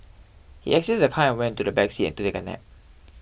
he exited the car and went to the back seat and take a nap